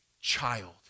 child